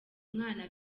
mwana